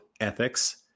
ethics